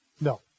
No